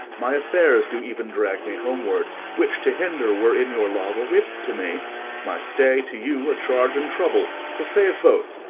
my affairs do even drag me homeward which to hinder, were, in your love a whip to me my stay to you a charge and trouble to save both,